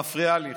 את מפריעה לי.